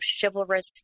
chivalrous